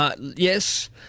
Yes